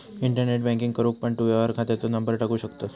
internet banking करूक पण तू व्यवहार खात्याचो नंबर टाकू शकतंस